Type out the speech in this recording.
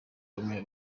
bamwe